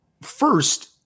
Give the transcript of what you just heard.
first